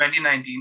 2019